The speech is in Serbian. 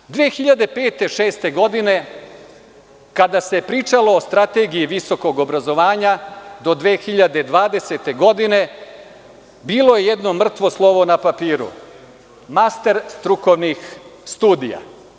Godine 2005/2006, kada se pričalo o Strategiji visokog obrazovanja do 2020. godine, bilo je jedno mrtvo slovo na papiru master strukovnih studija.